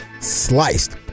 sliced